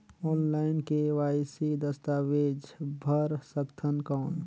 Online KYC दस्तावेज भर सकथन कौन?